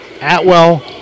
Atwell